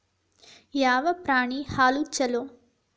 ಯಾವ ಪ್ರಾಣಿ ಹಾಲು ಛಲೋ?